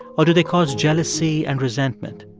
or do they cause jealousy and resentment?